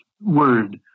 word